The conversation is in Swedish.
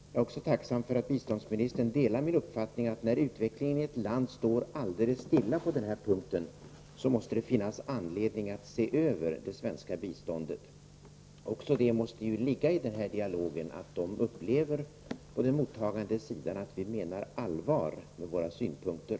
Jag är också tacksam för att biståndsministern delar min uppfattning att när utvecklingen i ett land står alldeles stilla på den här punkten måste det finnas anledning att se över det svenska biståndet. Det måste ju ligga i den här dialogen att man på den mottagande sidan upplever att vi menar allvar med våra synpunkter.